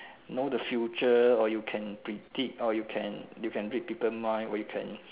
know the future or you can predict or you can you can read people mind or you can